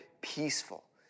peaceful